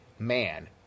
man